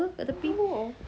oh